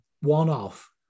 one-off